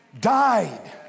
died